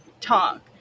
talk